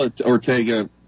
Ortega